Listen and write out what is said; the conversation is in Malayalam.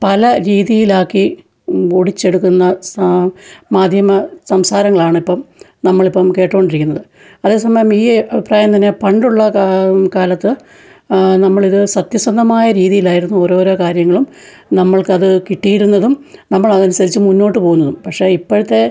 പല രീതിയിലാക്കി ഒടിച്ചെടുക്കുന്ന മാധ്യമ സംസാരങ്ങളാണിപ്പോള് നമ്മളിപ്പോള് കേട്ടുകൊണ്ടിരിക്കുന്നത് അതേസമയം ഈ അഭിപ്രായം തന്നെ പണ്ടുള്ള കാ കാലത്ത് നമ്മളിത് സത്യസന്ധമായ രീതിയിലായിരുന്നു ഓരോരോ കാര്യങ്ങളും നമ്മൾക്കത് കിട്ടിയിരുന്നതും നമ്മളതനുസരിച്ച് മുന്നോട്ട് പോകുന്നതും പക്ഷെ ഇപ്പോഴത്തെ